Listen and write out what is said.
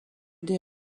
des